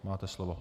Máte slovo.